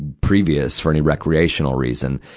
previous for any recreational reason.